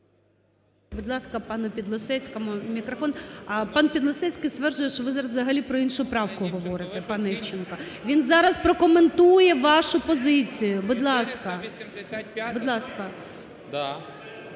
мікрофон. А пан Підлісецький стверджує, що ви зараз взагалі про іншу правку говорите, пан Івченко. Він зараз прокоментує вашу позицію, будь ласка.